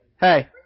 Hey